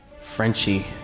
Frenchie